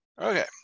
Okay